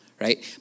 right